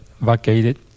vacated